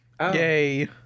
Yay